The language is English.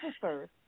first